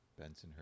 Bensonhurst